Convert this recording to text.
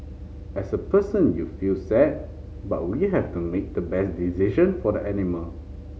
as a person you feel sad but we have to make the best decision for the animal